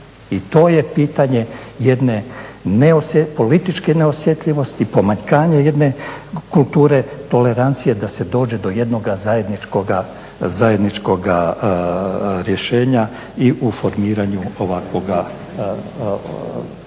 i to je pitanje jedne političke neosjetljivosti, pomanjkanja jedne kulture tolerancije da se dođe do jednoga zajedničkoga rješenje i u formiranju ovakvoga odbora,